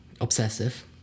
obsessive